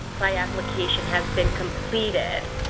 my application has been completed.